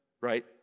right